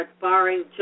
barring